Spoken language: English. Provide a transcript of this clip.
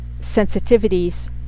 sensitivities